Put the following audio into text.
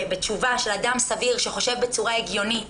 בתשובה של אדם סביר שחושב בצורה הגיונית,